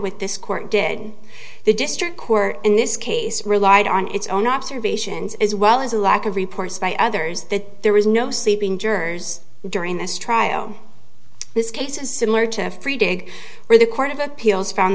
with this court did the district court in this case relied on its own observations as well as a lack of reports by others that there was no sleeping jurors during this trial this case is similar to free dig where the court of appeals found